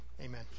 Amen